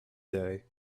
day